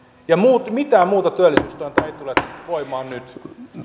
ja mitään muuta työllisyystointa ei tule voimaan nyt